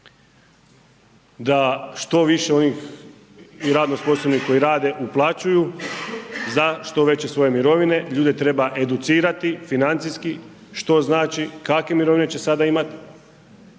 da što više onih i radno sposobnih koji rade uplaćuju za što veće svoje mirovine. Ljude treba educirati financijski što znači kakve mirovine će sada imati,